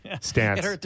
stance